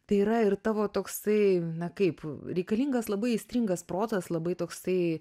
tai yra ir tavo toksai kaip reikalingas labai aistringas protas labai toksai